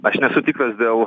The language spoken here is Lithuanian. aš nesu tikras dėl